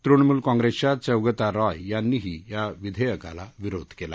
तृणमूल काँग्रसच्चा चौगता रॉय यांनीही या विधस्त्रकाला विरोध कल्ला